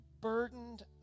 burdened